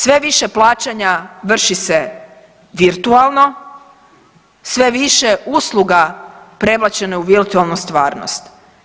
Sve više plaćanja vrši se virtualno, sve više je usluga prebačeno u virtualnu stvarnost.